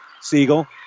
Siegel